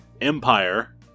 empire